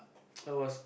I was